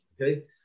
Okay